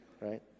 Right